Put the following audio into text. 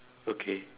okay